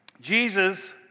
Jesus